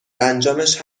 انجامش